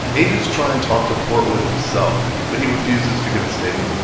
agents try and talk to portwood himself, but he refuses to give a statement.